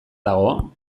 dago